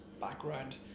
background